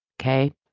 Okay